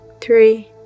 three